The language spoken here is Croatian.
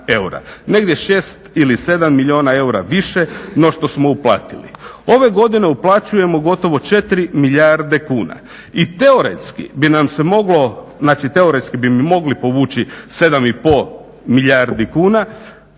negdje 6 ili 7 milijuna eura više no što smo uplatili. Ove godine uplaćujemo gotovo 4 milijarde kuna i teoretski bi mi mogli povući 7,5 milijardi kuna